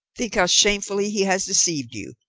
think how shamefully he has deceived you.